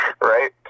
right